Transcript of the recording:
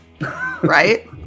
Right